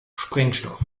sprengstoff